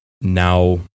now